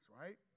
right